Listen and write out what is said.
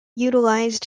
utilized